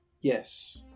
Yes